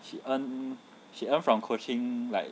she earn she earn from coaching like